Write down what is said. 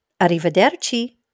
Arrivederci